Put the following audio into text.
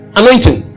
anointing